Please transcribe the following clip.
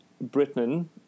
Britain